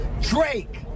Drake